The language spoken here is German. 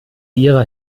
ihrer